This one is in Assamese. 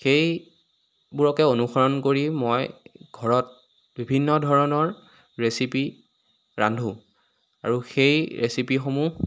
সেইবোৰকে অনুসৰণ কৰি মই ঘৰত বিভিন্ন ধৰণৰ ৰেচিপি ৰান্ধো আৰু সেই ৰেচিপিসমূহ